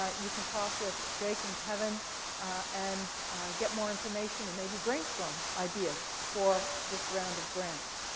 ah you can talk with jake and kevin and get more information and maybe brainstorm ideas for this round of grants.